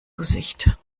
gesicht